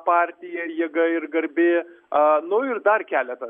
partija jėga ir garbė a nu ir dar keletas